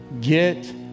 get